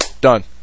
Done